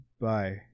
Bye